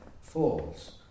falls